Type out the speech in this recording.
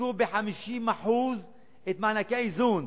קיצצו ב-50% את מענקי האיזון.